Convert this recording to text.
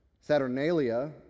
Saturnalia